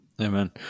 Amen